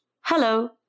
Hello